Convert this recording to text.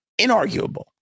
Inarguable